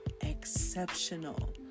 exceptional